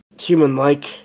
human-like